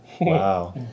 Wow